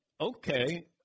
okay